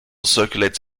circulates